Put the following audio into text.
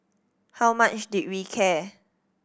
how much did we care